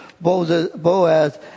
Boaz